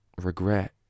regret